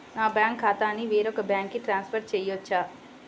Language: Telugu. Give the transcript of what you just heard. నా బ్యాంక్ ఖాతాని వేరొక బ్యాంక్కి ట్రాన్స్ఫర్ చేయొచ్చా?